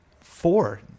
four